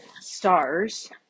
stars